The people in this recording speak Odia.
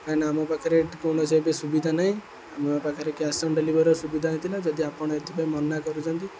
କାହିଁକିନା ଆମ ପାଖରେ କୌଣସି ଏବେ ସୁବିଧା ନାହିଁ ଆମ ପାଖରେ କ୍ୟାସ୍ ଅନ୍ ଡେଲିଭରିର ସୁବିଧା ହେଇଥିଲା ଯଦି ଆପଣ ଏଥିପାଇଁ ମନା କରୁଛନ୍ତି